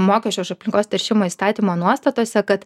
mokesčio už aplinkos teršimą įstatymo nuostatose kad